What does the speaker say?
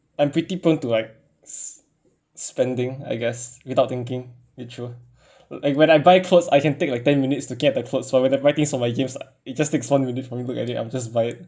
I'm pretty prone to like spe~ spending I guess without thinking it through like when I buy clothes I can take like ten minutes to get the clothes but when I buy things for my games ah it just takes one minute for me to look at it I'm just buy it